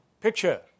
Picture